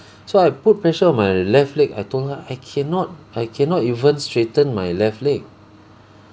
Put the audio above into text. so I put pressure on my left leg I told her I cannot I cannot even straighten my left leg